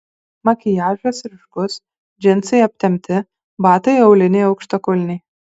makiažas ryškus džinsai aptempti batai auliniai aukštakulniai